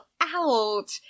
out